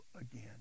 again